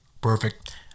Perfect